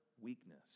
weakness